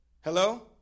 Hello